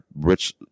rich